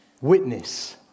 witness